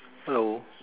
hello